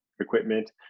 equipment